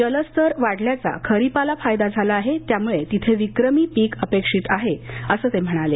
जलस्तर वाढल्याचा खरीपाला फायदा झाला आहे त्यामुळे तिथे विक्रमी पीक अपेक्षित आहे असं ते म्हणाले